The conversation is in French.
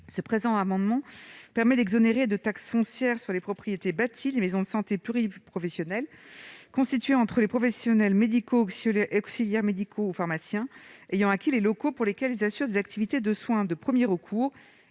Cet amendement a pour objet d'exonérer de taxe foncière sur les propriétés bâties les maisons de santé pluriprofessionnelles constituées entre des professionnels médicaux, auxiliaires médicaux ou pharmaciens ayant acquis les locaux dans lesquels ils assurent des activités de soins de premier recours